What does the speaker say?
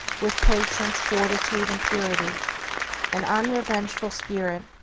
with patience, fortitude and purity an unrevengeful spirit,